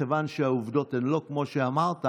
מכיוון שהעובדות הן לא כמו שאמרת,